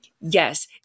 Yes